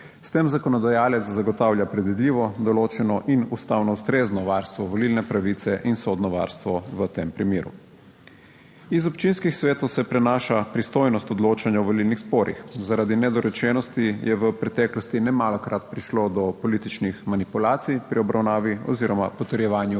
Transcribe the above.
S tem zakonodajalec zagotavlja predvidljivo določeno in ustavno ustrezno varstvo volilne pravice in sodno varstvo v tem primeru. Z občinskih svetov se prenaša pristojnost odločanja o volilnih sporih. Zaradi nedorečenosti je v preteklosti nemalokrat prišlo do političnih manipulacij pri obravnavi oziroma potrjevanju